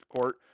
court